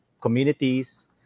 communities